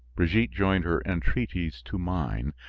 brigitte joined her entreaties to mine,